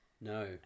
no